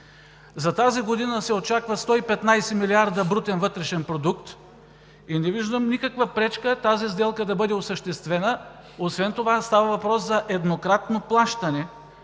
за тази година се очаква 115 милиарда брутен вътрешен продукт, и не виждам никаква пречка тази сделка да бъде осъществена. Освен това става въпрос за еднократно плащане,